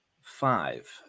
Five